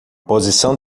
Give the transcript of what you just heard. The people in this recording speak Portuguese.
posição